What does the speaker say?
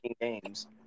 games